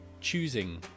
choosing